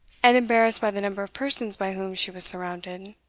and embarrassed by the number of persons by whom she was surrounded.